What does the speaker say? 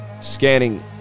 scanning